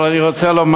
אני רוצה לומר